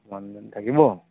মানুহজন থাকিম বাৰু